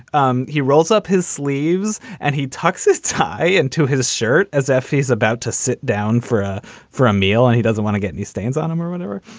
um he rolls up his sleeves and he tucks his tie into his shirt as if he's about to sit down for a for a meal and he doesn't want to get any stains on him or whatever.